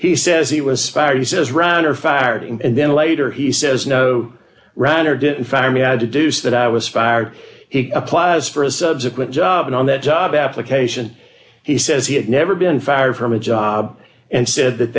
he says he was spared he says rounder fired him and then later he says no ran or didn't fire me had to do so that i was fired he applies for a subsequent job and on that job application he says he had never been fired from a job and said that